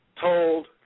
Told